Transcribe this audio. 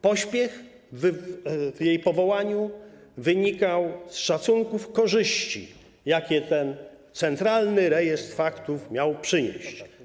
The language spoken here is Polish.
Pośpiech w jej powołaniu wynikał z szacunków korzyści, jakie ten Centralny Rejestr Faktur miał przynieść.